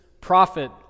prophet